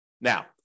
Now